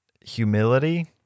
humility